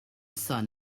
sun